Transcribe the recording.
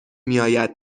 میاید